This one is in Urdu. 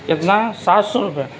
کتنا سات سو روپیے